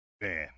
Man